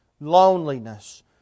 Loneliness